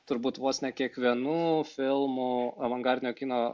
turbūt vos ne kiekvienu filmų avangardinio kino